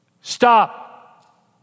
Stop